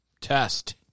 test